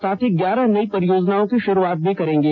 साथ ही ग्यारह नई योजनाओं की शुरुआत भी करेंगे